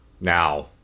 Now